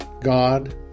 God